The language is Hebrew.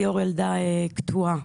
ליאור ילדה קטועה